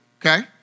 Okay